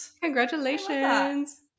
Congratulations